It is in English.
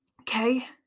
okay